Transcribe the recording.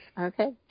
Okay